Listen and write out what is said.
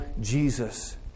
Jesus